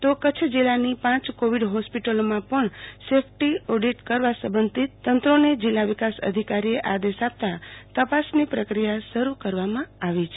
તો કચ્છ જિલ્લાની પાંચ કોવિડ હોસ્પિટલોમાં પણ સેફ્ટી ઓડીટ કરવા સંબંધિત તંત્રોને જિલ્લા વિકાસ અધિકારીએ આદેશ આપતા તપાસની પ્રક્રિયા શરૂ કરવામાં આવી છે